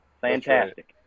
Fantastic